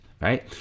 right